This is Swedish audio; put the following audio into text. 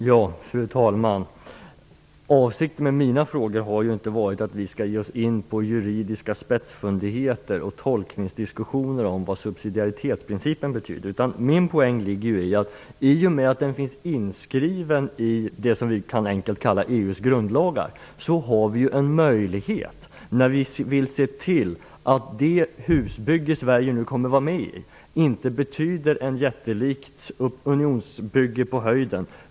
Fru talman! Avsikten med mina frågor har inte varit att vi skall ge oss in på juridiska spetsfundigheter och tolkningsdiskussioner om vad subsidiaritetsprincipen betyder. Min poäng ligger i att i och med att den finns inskriven i det som vi enkelt kan kalla EU:s grundlagar har vi en möjlighet att se till att det husbygge som Sverige nu kommer att vara med om inte blir ett jättelikt unionsbygge på höjden.